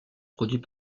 produit